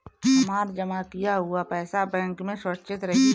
हमार जमा किया हुआ पईसा बैंक में सुरक्षित रहीं?